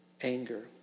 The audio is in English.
anger